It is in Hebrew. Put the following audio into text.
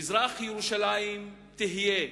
מזרח-ירושלים תהיה,